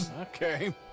Okay